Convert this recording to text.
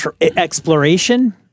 exploration